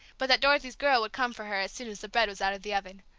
but that dorothy's girl would come for her as soon as the bread was out of the oven.